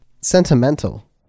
sentimental